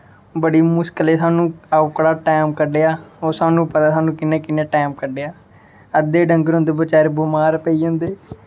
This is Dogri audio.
बड़ी मुश्कलें सानूं ओह्कड़ा टाइम कड्ढेआ ओह् सानूं पता ऐ सानूं कि'यां कि'यां टैम कड्ढेआ अद्धे डंगर अंदर बचैरे बमार पेई जंदे